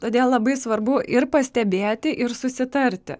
todėl labai svarbu ir pastebėti ir susitarti